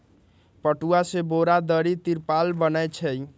पटूआ से बोरा, दरी, तिरपाल बनै छइ